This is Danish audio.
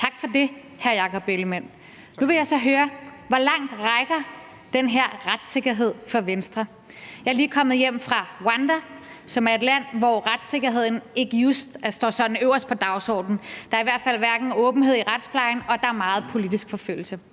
Tak for det, hr. Jakob Ellemann-Jensen. Nu vil jeg så høre: Hvor langt rækker den her retssikkerhed for Venstre? Jeg er lige kommet hjem fra Rwanda, som er et land, hvor retssikkerheden ikke just står sådan øverst på dagsordenen. Der er i hvert fald ikke åbenhed i retsplejen, og der er meget politisk forfølgelse.